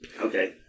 Okay